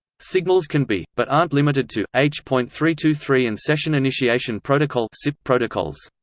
signals can be, but aren't limited to, h point three two three and session initiation protocol so protocols.